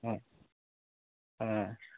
অঁ অঁ